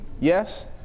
Yes